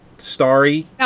starry